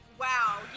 Wow